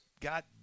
got